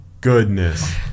goodness